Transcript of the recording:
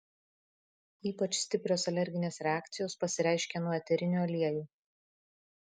ypač stiprios alerginės reakcijos pasireiškia nuo eterinių aliejų